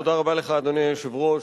אדוני היושב-ראש,